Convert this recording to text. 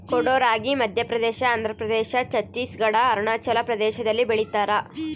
ಕೊಡೋ ರಾಗಿ ಮಧ್ಯಪ್ರದೇಶ ಆಂಧ್ರಪ್ರದೇಶ ಛತ್ತೀಸ್ ಘಡ್ ಅರುಣಾಚಲ ಪ್ರದೇಶದಲ್ಲಿ ಬೆಳಿತಾರ